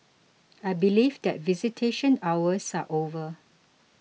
I believe that visitation hours are over